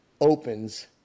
opens